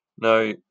Now